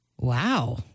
Wow